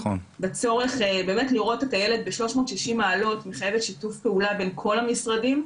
הצורך לראות את הילד ב-360 מעלות מחייבת שיתוף פעולה בין כל המשרדים,